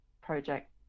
project